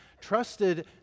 trusted